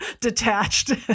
detached